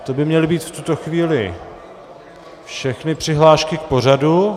To by měly být v tuto chvíli všechny přihlášky k pořadu.